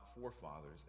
forefathers